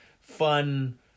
fun